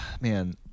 man